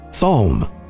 Psalm